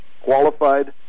qualified